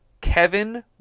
kevin